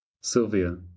Sylvia